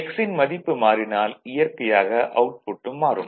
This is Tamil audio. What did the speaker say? x ன் மதிப்பு மாறினால் இயற்கையாக அவுட்புட்டும் மாறும்